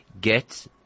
Get